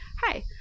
Hi